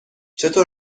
چطور